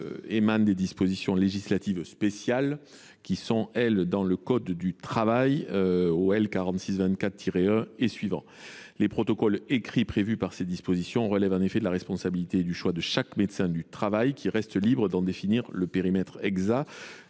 émane de dispositions législatives spéciales figurant à l’article L. 4624 1 et suivants du code du travail. Les protocoles écrits prévus par ces dispositions relèvent, en effet, de la responsabilité et du choix de chaque médecin du travail, qui reste libre d’en définir le périmètre exact